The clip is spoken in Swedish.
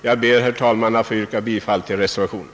Jag yrkar bifall till reservationen.